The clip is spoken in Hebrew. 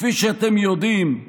כפי שאתם יודעים,